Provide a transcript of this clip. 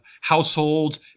households